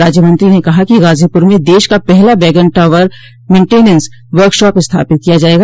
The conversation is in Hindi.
राज्यमंत्री ने कहा कि गाजीपुर म देश का पहला वैगन टावर मेन्टीनेन्स वर्कशाप स्थपित किया जायेगा